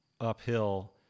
uphill